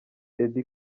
eddy